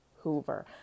Hoover